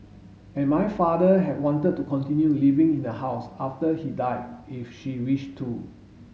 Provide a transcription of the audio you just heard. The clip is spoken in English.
and my father have wanted to continue living in the house after he died if she wish to